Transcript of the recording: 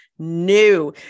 new